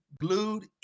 glued